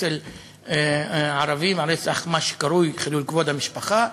אצל הערבים הרצח הוא על מה שקרוי חילול כבוד המשפחה.